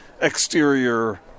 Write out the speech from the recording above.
exterior